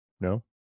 No